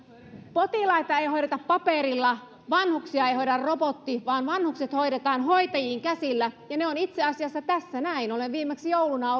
potilaita ei hoideta paperilla vanhuksia ei hoida robotti vaan vanhukset hoidetaan hoitajien käsillä ja ne ovat itse asiassa tässä näin olen viimeksi jouluna